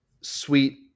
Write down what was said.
sweet